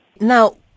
Now